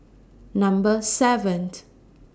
Number seven